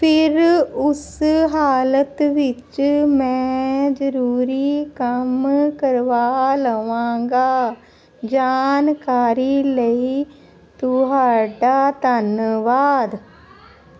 ਫਿਰ ਉਸ ਹਾਲਤ ਵਿੱਚ ਮੈਂ ਜ਼ਰੂਰੀ ਕੰਮ ਕਰਵਾ ਲਵਾਂਗਾ ਜਾਣਕਾਰੀ ਲਈ ਤੁਹਾਡਾ ਧੰਨਵਾਦ